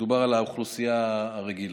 מדובר על האוכלוסייה הרגילה.